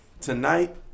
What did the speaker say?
Tonight